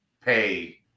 pay